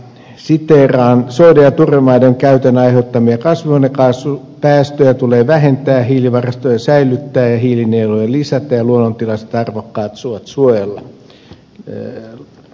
soiden ja turvemaiden käytön aiheuttamia kasvihuonekaasupäästöjä tulee vähentää hiilivarastoja säilyttää ja hiilinieluja lisätä ja luonnontilaiset arvokkaat suot suojella